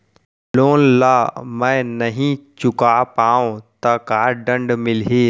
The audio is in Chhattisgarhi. लोन ला मैं नही चुका पाहव त का दण्ड मिलही?